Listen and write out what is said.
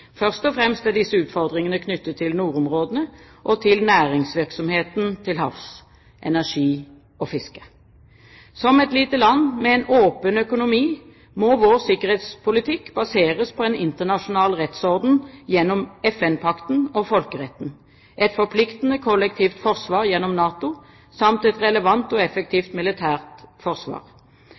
Først og fremst er disse utfordringene knyttet til nordområdene og til næringsvirksomheten til havs – energi og fiske. Som et lite land med en åpen økonomi må vår sikkerhetspolitikk baseres på en internasjonal rettsorden gjennom FN-pakten og folkeretten, et forpliktende kollektivt forsvar gjennom NATO samt et relevant og effektivt militært forsvar.